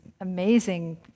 amazing